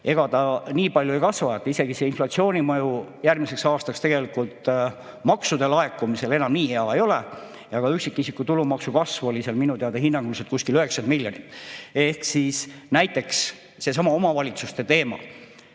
Ega ta nii palju ei kasva. Isegi see inflatsiooni mõju järgmisel aastal maksude laekumisele enam nii hea ei ole. Üksikisiku tulumaksu kasv oli minu teada hinnanguliselt kuskil 90 miljonit. Ja näiteks seesama omavalitsuste teema